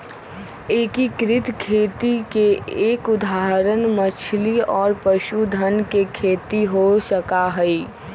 एकीकृत खेती के एक उदाहरण मछली और पशुधन के खेती हो सका हई